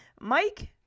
Mike